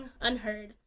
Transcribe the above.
unheard